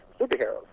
superheroes